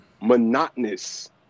monotonous